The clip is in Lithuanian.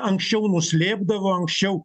anksčiau nuslėpdavo anksčiau